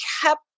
kept